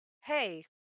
hey